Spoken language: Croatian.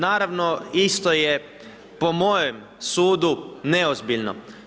Naravno isto je po mojem sudu neozbiljno.